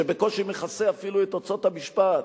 שבקושי מכסה אפילו את הוצאות המשפט,